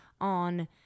on